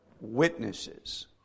witnesses